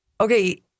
okay